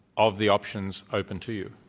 of the options open to you.